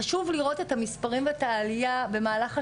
חשוב לראות את המספרים ואת העלייה, במהלך השנים,